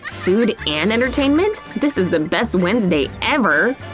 food and entertainment? this is the best wednesday ever!